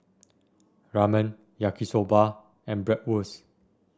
Ramen Yaki Soba and Bratwurst